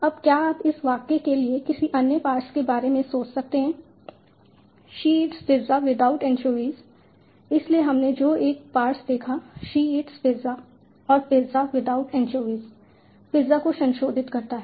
अब क्या आप इस वाक्य के लिए किसी अन्य पार्स के बारे में सोच सकते हैं she eats pizza without anchovies इसलिए हमने जो एक पार्स देखा शी इट्स पिज़्ज़ा और पिज़्ज़ा विदाउट एनचोवीज पिज़्ज़ा को संशोधित करता है